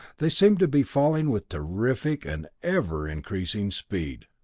they seemed to be falling with terrific and ever-increasing speed.